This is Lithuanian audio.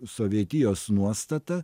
sovietijos nuostata